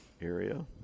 area